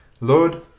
Lord